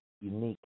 unique